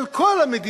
של כל המדינה,